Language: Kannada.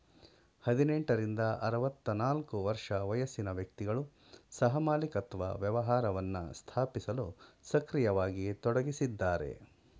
ಹದಿನೆಂಟ ರಿಂದ ಆರವತ್ತನಾಲ್ಕು ವರ್ಷ ವಯಸ್ಸಿನ ವ್ಯಕ್ತಿಗಳು ಸಹಮಾಲಿಕತ್ವ ವ್ಯವಹಾರವನ್ನ ಸ್ಥಾಪಿಸಲು ಸಕ್ರಿಯವಾಗಿ ತೊಡಗಿಸಿದ್ದಾರೆ